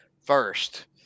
first